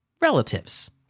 relatives